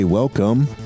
Welcome